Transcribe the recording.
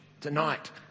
tonight